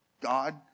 God